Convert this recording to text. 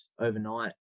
overnight